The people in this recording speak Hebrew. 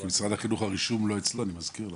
כי משרד החינוך הרישום לא אצלו אני מזכיר לך.